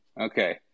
Okay